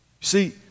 see